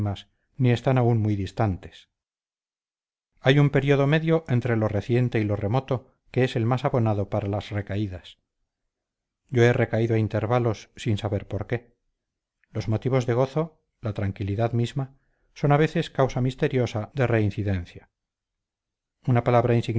están aún muy distantes hay un período medio entre lo reciente y lo remoto que es el más abonado para las recaídas yo he recaído a intervalos sin saber por qué los motivos de gozo la tranquilidad misma son a veces causa misteriosa de reincidencia una palabra